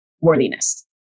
worthiness